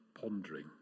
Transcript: pondering